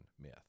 myth